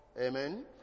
Amen